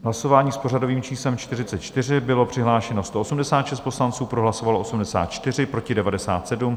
V hlasování s pořadovým číslem 44 bylo přihlášeno 186 poslanců, pro hlasovalo 84, proti 97.